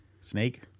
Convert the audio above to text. Snake